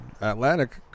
Atlantic